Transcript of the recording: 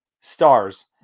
stars